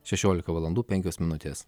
šešiolika valandų penkios minutės